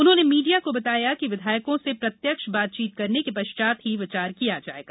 उन्होंने मीडिया को बताया कि विधायकों से प्रत्यक्ष बातचीत करने के पश्चात ही विचार किया जायेगा